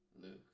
Luke